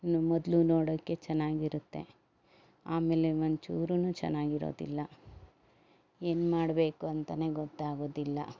ಮೊದಲು ನೋಡಕ್ಕೆ ಚೆನ್ನಾಗಿರುತ್ತೆ ಆಮೇಲೆ ಒಂಚೂರೂ ಚೆನ್ನಾಗಿರೋದಿಲ್ಲ ಏನು ಮಾಡಬೇಕು ಅಂತಾನೆ ಗೊತ್ತಾಗೋದಿಲ್ಲ